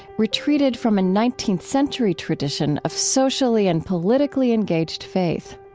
retreated from a nineteenth century tradition of socially and politically engaged faith.